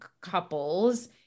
couples